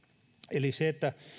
eli